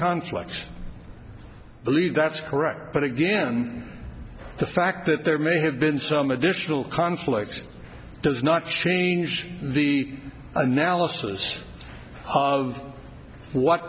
contracts believe that's correct but again the fact that there may have been some additional conflicts does not change the analysis of what